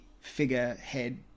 figurehead